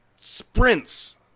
Sprints